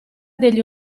degli